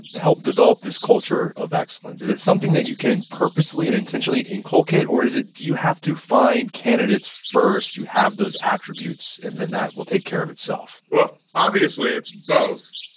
and help develop this culture of excellence? is it something that you can purposely and intentionally inculcate or is it, do you have to find candidates first who have those attributes and then that will take care of itself? well obviously it's both.